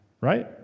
Right